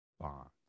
bonds